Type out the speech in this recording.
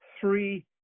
three